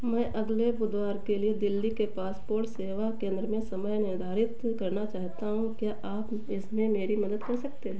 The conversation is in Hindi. मैं अगले बुधवार के लिए दिल्ली के पासपोर्ट सेवा केंद्र में समय निर्धारित करना चाहता हूँ क्या आप इसमें मेरी मदद कर सकते हैं